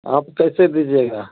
आप कैसे दीजिएगा